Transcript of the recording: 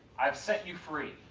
i've set you free.